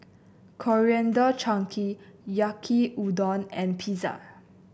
Coriander Chutney Yaki Udon and Pizza